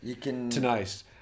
tonight